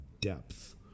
depth